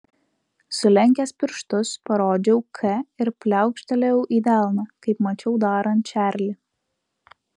sulenkęs pirštus parodžiau k ir pliaukštelėjau į delną kaip mačiau darant čarlį